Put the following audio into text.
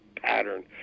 pattern